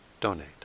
donate